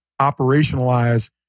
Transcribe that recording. operationalize